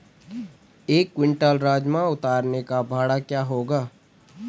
एक क्विंटल राजमा उतारने का भाड़ा क्या होगा?